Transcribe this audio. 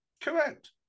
correct